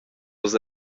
nus